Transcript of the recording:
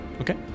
Okay